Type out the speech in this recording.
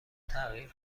تغییر